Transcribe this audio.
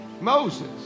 Moses